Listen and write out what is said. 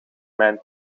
mijn